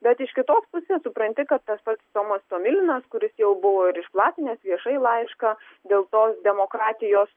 bet iš kitos pusės supranti kad tas pats tomas tomilinas kuris jau buvo ir išplatinęs viešai laišką dėl tos demokratijos